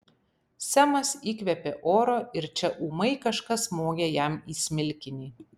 semas įkvėpė oro ir čia ūmai kažkas smogė jam į smilkinį